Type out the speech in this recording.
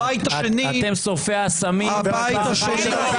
הבית השני --- אתם שורפי האסמים ו --- חבר הכנסת משה סעדה,